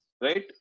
right